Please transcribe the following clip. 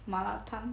麻辣汤